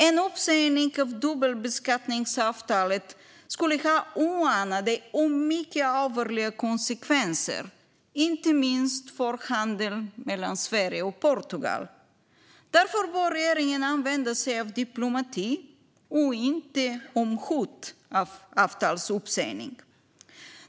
En uppsägning av dubbelbeskattningsavtalet skulle få oanade och mycket allvarliga konsekvenser, inte minst för handeln mellan Sverige och Portugal. Därför bör regeringen använda sig av diplomati och inte av hot om avtalsuppsägning.